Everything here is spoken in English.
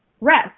rest